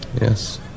Yes